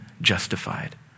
justified